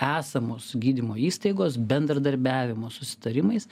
esamos gydymo įstaigos bendradarbiavimo susitarimais